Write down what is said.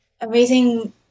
amazing